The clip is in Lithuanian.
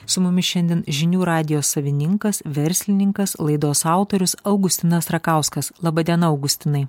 su mumis šiandien žinių radijo savininkas verslininkas laidos autorius augustinas rakauskas laba diena augustinai